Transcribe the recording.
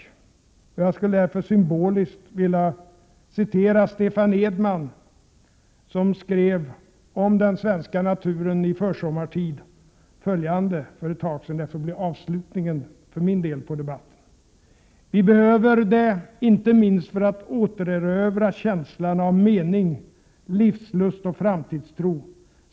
Som en symbol för detta skulle jag vilja citera Stefan Edman, som för en tid sedan skrev följande om den svenska naturen i försommartid — och det får för min del bli avslutningen på denna debatt: ”Vi behöver det, inte minst för att återerövra känslan av mening, livslust och framtidstro.